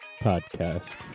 podcast